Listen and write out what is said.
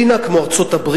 מדינה כמו ארצות-הברית,